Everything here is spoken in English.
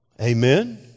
Amen